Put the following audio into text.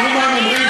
תראו מה הם אומרים,